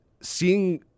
seeing